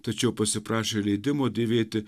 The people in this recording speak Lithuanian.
tačiau pasiprašė leidimo dėvėti